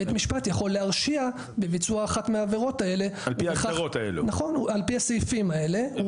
בית משפט יכול להרשיע בביצוע אחת מהעבירות האלה על פי הסעיפים האלה,